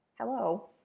hello